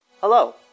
Hello